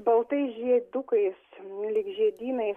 baltais žiedukais lyg žiedynai